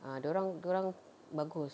ah dorang dorang bagus